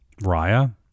Raya